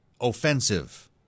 offensive